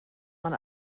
man